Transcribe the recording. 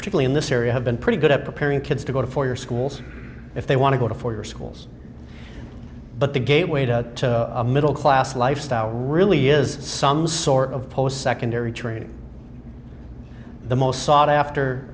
tripoli in this area have been pretty good at preparing kids to go to for your schools if they want to go to four year schools but the gateway to a middle class lifestyle really is some sort of post secondary training the most sought after